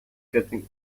getting